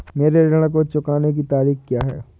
मेरे ऋण को चुकाने की तारीख़ क्या है?